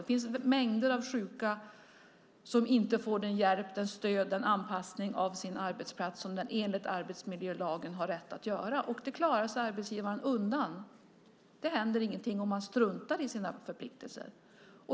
Det finns mängder av sjuka som inte får den hjälp, det stöd och den anpassning av sin arbetsplats som de enligt arbetsmiljölagen har rätt att få. Det klarar arbetsgivaren sig undan. Det händer ingenting om man struntar i sina förpliktelser.